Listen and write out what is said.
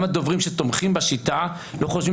גם הדוברים שתומכים בשיטה לא חושבים